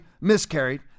miscarried